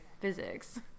physics